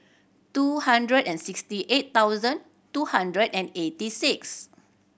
two hundred and sixty eight thousand two hundred and eighty six